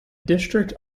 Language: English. district